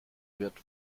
wird